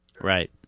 Right